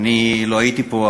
אני לא הייתי פה,